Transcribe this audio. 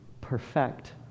perfect